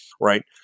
right